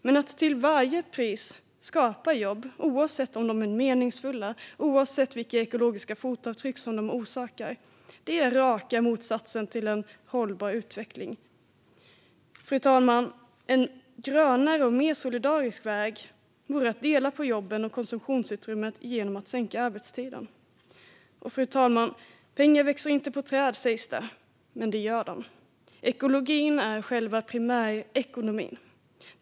Men att till varje pris skapa jobb, oavsett om de är meningsfulla och oavsett vilka ekologiska fotavtryck de orsakar, är raka motsatsen till en hållbar utveckling. En grönare och mer solidarisk väg, fru talman, vore att dela på jobben och konsumtionsutrymmet genom att sänka arbetstiden. Socialförsäkrings-frågor Fru talman! Pengar växer inte på träd, sägs det. Men det gör de. Ekologin är själva primärekonomin.